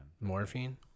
morphine